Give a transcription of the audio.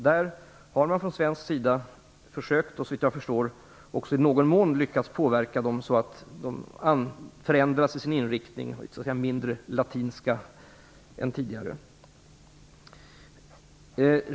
Där har man från svensk sida försökt och såvitt jag förstår också i någon mån lyckats påverka dem så att de förändras i sin inriktning och blir mindre latinska än tidigare.